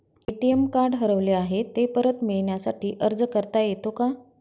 ATM card हरवले आहे, ते परत मिळण्यासाठी अर्ज करता येतो का?